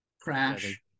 crash